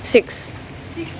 six